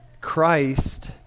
Christ